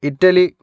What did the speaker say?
Italy